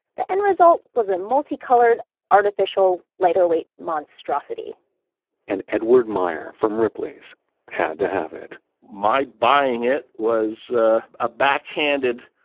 the end result was a multicolored artificial lighter weight monstrosity and edward meyer from ripley's had to have it my buying it was a backhanded,